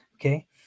Okay